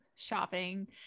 Shopping